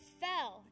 fell